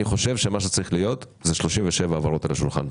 חושב שצריכות להיות 37 העברות על השולחן.